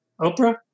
Oprah